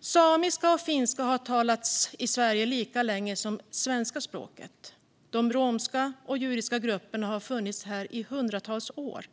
Samiska och finska har talats i Sverige lika länge som svenska språket. De romska och judiska grupperna har funnits här i hundratals år.